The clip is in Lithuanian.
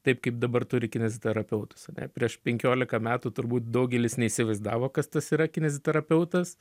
taip kaip dabar turi kineziterapeutus ane prieš penkiolika metų turbūt daugelis neįsivaizdavo kas tas yra kineziterapeutas